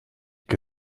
che